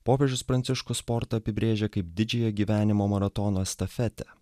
popiežius pranciškus sportą apibrėžia kaip didžiąją gyvenimo maratono estafetę